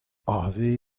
aze